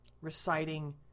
Reciting